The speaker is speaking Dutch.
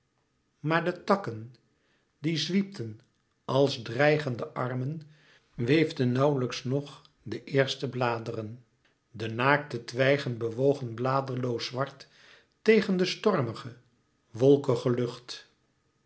maar de takken die zwiepten als dreigende armen weefden nauwlijks nog de eerste bladeren de naakte twijgen bewogen bladerloos zwart tegen de stormige wolkige lucht